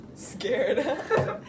Scared